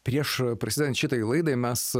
prieš prasidedant šitai laidai mes